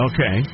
Okay